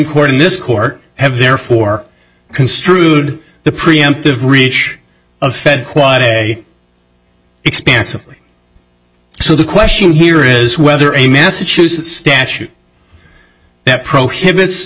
court in this court have therefore construed the preemptive reach of fed quite a expansively so the question here is whether a massachusetts statute that prohibits